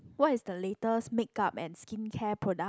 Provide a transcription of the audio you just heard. what is the latest makeup and skincare product